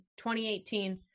2018